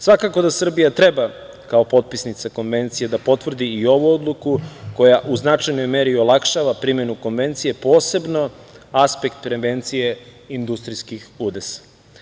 Svakako da Srbija treba kao potpisnica Konvencije da potvrdi i ovu odluku koja u značajnoj meri olakšava primenu Konvencije, posebno aspekt prevencije industrijskih udesa.